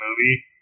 movie